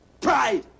Pride